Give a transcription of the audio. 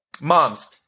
mom's